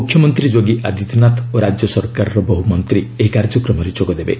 ମୁଖ୍ୟମନ୍ତ୍ରୀ ଯୋଗୀ ଆଦିତ୍ୟନାଥ ଓ ରାଜ୍ୟ ସରକାରର ବହୁ ମନ୍ତ୍ରୀ ଏହି କାର୍ଯ୍ୟକ୍ରମରେ ଯୋଗଦେବେ